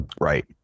right